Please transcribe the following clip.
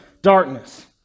darkness